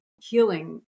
healing